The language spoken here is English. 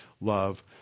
love